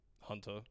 Hunter